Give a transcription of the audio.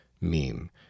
meme